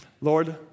Lord